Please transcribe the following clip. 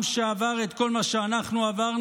עם שעבר את כל מה שאנחנו עברנו,